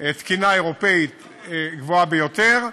תקינה אירופית גבוהה ביותר,